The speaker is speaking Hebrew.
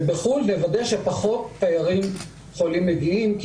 אבל בחוץ לארץ לוודא שפחות תיירים חולים מגיעים כי